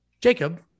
Jacob